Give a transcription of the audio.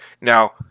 Now